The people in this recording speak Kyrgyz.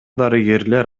дарыгерлер